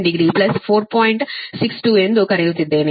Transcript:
62 ಎಂದು ಬರೆಯುತ್ತಿದ್ದೇನೆ